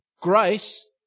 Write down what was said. Grace